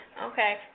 Okay